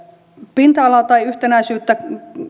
pinta alaa tai yhtenäisyyttä